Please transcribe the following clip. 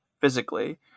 physically